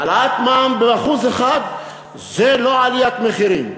העלאת מע"מ ב-1% זה לא עליית מחירים,